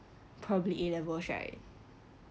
probably A levels right